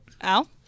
Al